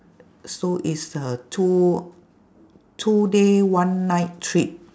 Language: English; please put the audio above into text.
so it's a two two day one night trip